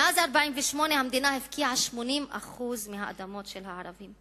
מאז 1948 המדינה הפקיעה 80% מהאדמות של הערבים.